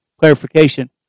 clarification